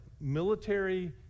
military